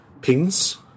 Pins